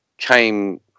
came